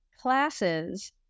classes